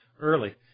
early